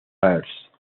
first